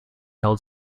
held